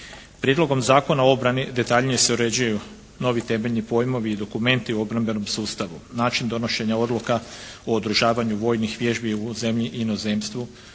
Prijedlogom zakona o obrani detaljnije se uređuju novi temeljni pojmovi i dokumenti u obrambenom sustavu, način donošenja odluka o održavanju vojnih vježbi u zemlji i inozemstvu